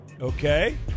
Okay